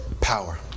power